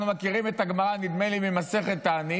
אנחנו מכירים את הגמרא, נדמה לי שהיא ממסכת תענית,